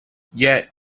yet